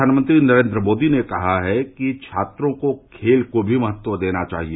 प्रघानमंत्री नरेन्द्र मोदी ने कहा है कि छात्रों को खेल को भी महत्व देना चाहिए